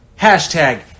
Hashtag